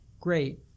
great